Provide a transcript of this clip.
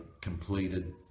completed